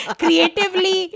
creatively